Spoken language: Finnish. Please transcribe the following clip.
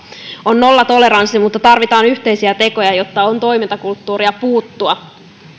on nollatoleranssi mutta tarvitaan yhteisiä tekoja jotta on toimintakulttuuria puuttua